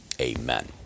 Amen